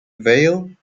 vale